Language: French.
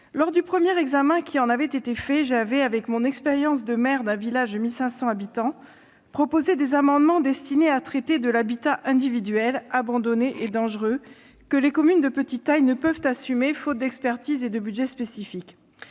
Lors de son premier examen, j'avais, avec mon expérience de maire d'un village de 1 500 habitants, proposé des amendements destinés à traiter de l'habitat individuel, abandonné et dangereux, que les communes de petite taille ne peuvent assumer, faute d'expertise et de budget spécifique.